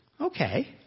Okay